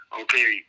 okay